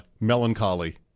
melancholy